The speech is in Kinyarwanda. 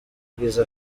ubwiza